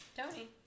Tony